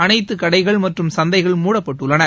அனைத்து கடைகள் மற்றும் சந்தைகள் மூடப்பட்டுள்ளன